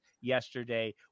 yesterday